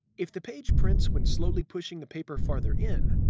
if the page prints when slowly pushing the paper farther in,